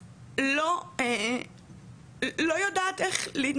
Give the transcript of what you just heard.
שאני חוויתי על בשרי במשך שנה וחצי.